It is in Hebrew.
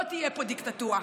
לא תהיה פה דיקטטורה,